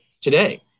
today